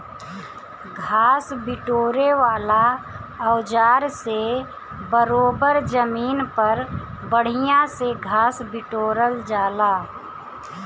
घास बिटोरे वाला औज़ार से बरोबर जमीन पर बढ़िया से घास बिटोरा जाला